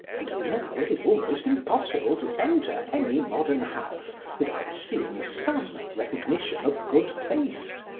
and now it is almost impossible to enter any modern house without seeing some recognition of good taste,